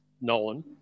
Nolan